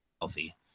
healthy